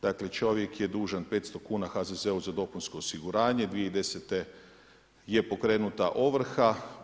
Dakle, čovjek je dužan 500 kn HZZO za dopunsko osiguranje, 2010. je pokrenuta ovrha.